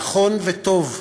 נכון וטוב,